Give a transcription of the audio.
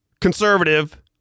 conservative